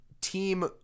team